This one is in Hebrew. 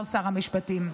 שר המשפטים.